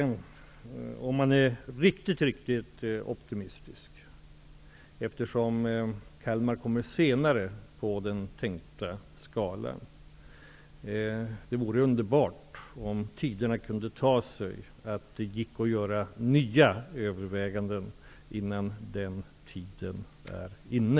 Om jag skall vara riktigt riktigt optimistisk, eftersom Kalmar kommer senare i den tänkta tidtabellen, vill jag säga att det vore underbart om konjunkturen kunde ta sig, så att det gick att göra nya överväganden innan tiden för nedläggning är inne.